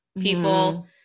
people